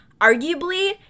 arguably